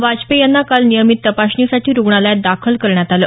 वाजपेयी यांना काल नियमित तपासणीसाठी रुग्णालयात दाखल करण्यात आलं